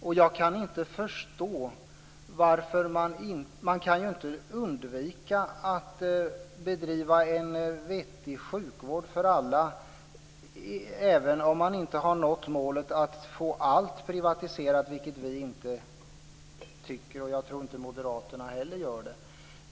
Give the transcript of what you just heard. Man kan ju inte undvika att bedriva en vettig sjukvård för alla även om man inte har nått målet att få allt privatiserat, vilket vi inte vill - jag tror inte heller att moderaterna vill det.